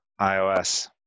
iOS